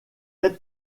être